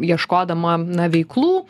ieškodama na veiklų